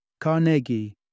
Carnegie